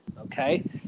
Okay